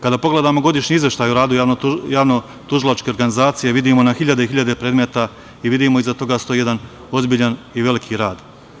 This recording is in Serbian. Kada pogledamo godišnji izveštaj o radu javno-tužilačke organizacije, vidimo na hiljade i hiljade predmeta i vidimo da iza toga stoji jedan ozbiljan i veliki rad.